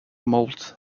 mold